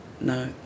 No